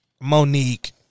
Monique